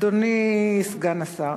אדוני סגן השר,